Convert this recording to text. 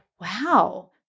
wow